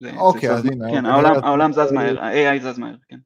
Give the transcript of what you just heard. אוקיי. כן. העולם העולם זז מהר, ה-AI זז מהר. כן.